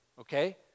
okay